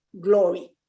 glory